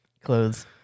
clothes